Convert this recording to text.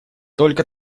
только